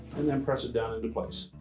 and then press it down into place.